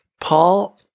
Paul